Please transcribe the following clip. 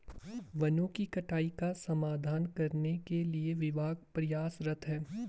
वनों की कटाई का समाधान करने के लिए विभाग प्रयासरत है